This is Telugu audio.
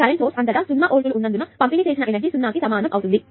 కరెంట్ సోర్స్ అంతటా 0 వోల్ట్లు ఉన్నందున పంపిణి చేసిన ఎనర్జీ 0 కి సమానం అవుతుంది